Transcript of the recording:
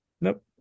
Nope